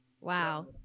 wow